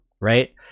right